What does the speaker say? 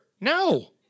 No